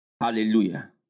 Hallelujah